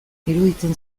iruditzen